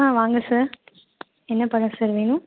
ஆ வாங்க சார் என்ன பழம் சார் வேணும்